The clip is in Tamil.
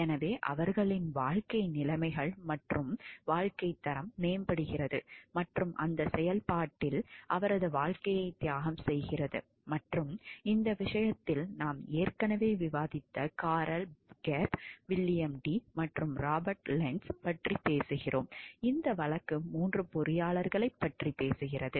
எனவே அவர்களின் வாழ்க்கை நிலைமைகள் மற்றும் வாழ்க்கைத் தரம் மேம்படுகிறது மற்றும் அந்த செயல்பாட்டில் அவரது வாழ்க்கையை தியாகம் செய்கிறது மற்றும் இந்த விஷயத்தில் நாம் ஏற்கனவே விவாதித்த கார்ல் கெப் வில்லியம் டீ மற்றும் ராபர்ட் லென்ட்ஸ் பற்றி பேசுகிறோம் இந்த வழக்கு 3 பொறியாளர்களைப் பற்றி பேசுகிறது